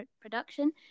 production